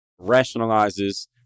rationalizes